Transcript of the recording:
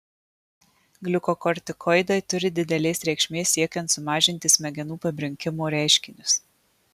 gliukokortikoidai turi didelės reikšmės siekiant sumažinti smegenų pabrinkimo reiškinius